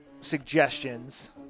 suggestions